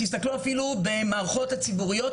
תסתכלו אפילו על המערכות הציבוריות,